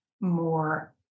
more